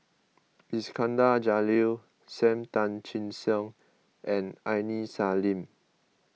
Iskandar Jalil Sam Tan Chin Siong and Aini Salim